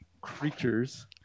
creatures